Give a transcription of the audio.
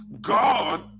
God